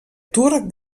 tour